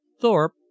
Thorpe